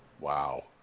Wow